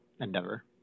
endeavor